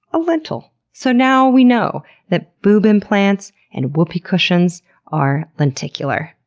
a lentil. so now we know that boob implants and whoopee cushions are lenticular.